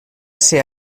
ser